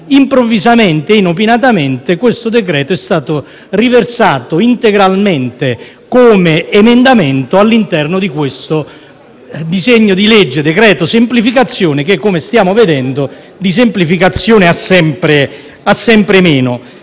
improvvisamente, inopinatamente, quel provvedimento è stato riversato integralmente come emendamento all'interno di questo decreto-legge semplificazione che, come stiamo vedendo, di semplificazione ha sempre meno.